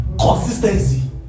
Consistency